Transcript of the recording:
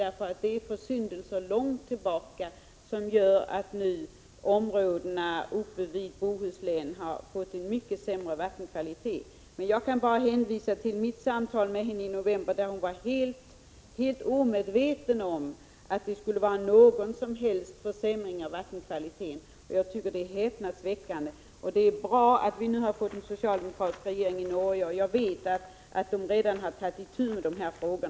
Det är nämligen försyndelser långt tillbaka i tiden som har gett till resultat att områden vid Bohuslän har fått en mycket sämre vattenkvalitet. Jag kan emellertid bara hänvisa till mitt samtal i november med den förra norska miljöministern, som då var helt omedveten om att det skulle ha skett en försämring av vattenkvaliteten. Jag tycker att det är häpnadsväckande. Det är bra att man nu har fått en socialdemokratisk regering i Norge. Jag vet att denna regering redan har tagit itu med dessa frågor.